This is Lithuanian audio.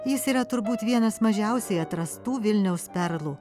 jis yra turbūt vienas mažiausiai atrastų vilniaus perlų